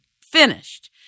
finished